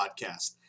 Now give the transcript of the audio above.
Podcast